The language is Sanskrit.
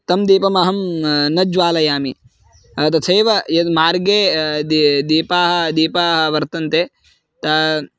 तं दीपमहं न ज्वालयामि तथैव यद् मार्गे दी दीपाः दीपाः वर्तन्ते तान्